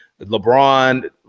LeBron